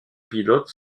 pilotes